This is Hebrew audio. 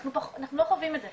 אנחנו לא חווים את זה,